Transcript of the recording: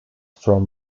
from